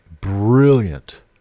brilliant